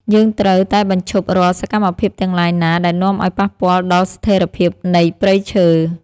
យើងត្រូវតែបញ្ឈប់រាល់សកម្មភាពទាំងឡាយណាដែលនាំឱ្យប៉ះពាល់ដល់ស្ថិរភាពនៃព្រៃឈើ។